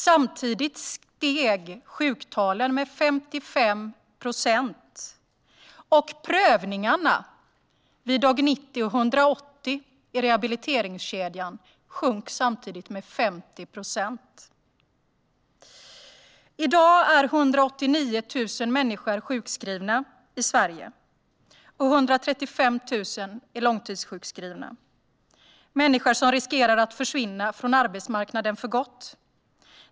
Samtidigt steg sjuktalen med 55 procent, och prövningarna vid dag 90 och dag 180 i rehabiliteringskedjan sjönk med 50 procent. I dag är 189 000 människor sjukskrivna i Sverige. 135 000 är långtidssjukskrivna. Det är människor som riskerar att försvinna från arbetsmarknaden för gott.